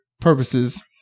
purposes